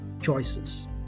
choices